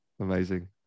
Amazing